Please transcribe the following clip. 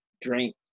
drink